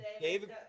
David